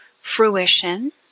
fruition